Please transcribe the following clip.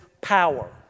power